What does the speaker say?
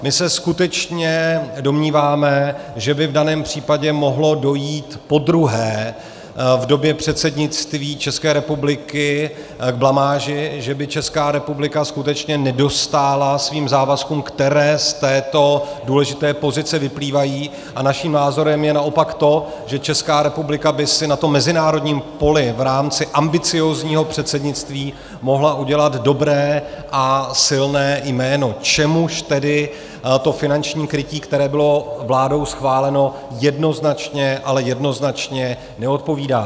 My se skutečně domníváme, že by v daném případě mohlo dojít podruhé v době předsednictví České republiky k blamáži, že by Česká republika skutečně nedostála svým závazkům, které z této důležité pozice vyplývají, a naším názorem je naopak to, že Česká republika by si na mezinárodním poli v rámci ambiciózního předsednictví mohla udělat dobré a silné jméno, čemuž tedy to finanční krytí, které bylo vládou schváleno, jednoznačně, ale jednoznačně neodpovídá.